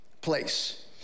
place